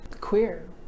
queer